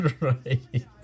Right